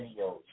videos